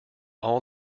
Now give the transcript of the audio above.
all